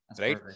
right